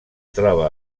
troba